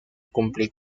cumplir